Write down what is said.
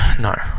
No